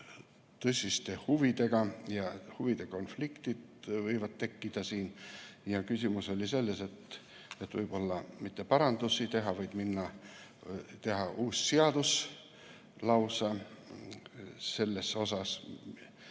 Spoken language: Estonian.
tõsiste huvidega ja et huvide konfliktid võivad tekkida. Ja küsimus oli selles, et võib-olla mitte parandusi teha, vaid teha uus seadus lausa selles osas.